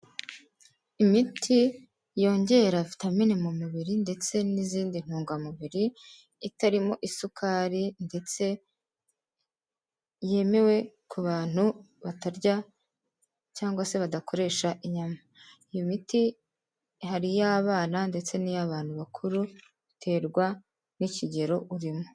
Imiti yongera vitamini mu mubiri ndetse n'izindi ntungamubiri itarimo isukari ndetse yemewe ku bantu batarya cyangwa se badakoresha inyama, iyo miti hari iy'abana ndetse n'iy'abantu bakuru biterwa n'ikigero urimo.